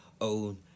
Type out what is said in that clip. own